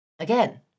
Again